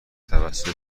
توسط